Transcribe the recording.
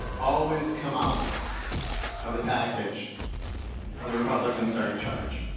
always come out of the package when the republicans are in charge.